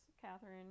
Catherine